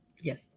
Yes